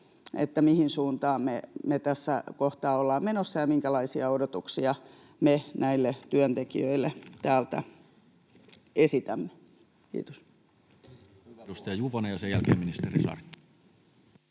mihin suuntaan me tässä kohtaa ollaan menossa ja minkälaisia odotuksia me näille työntekijöille täältä esitämme. — Kiitos.